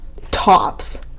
tops